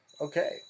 Okay